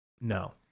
no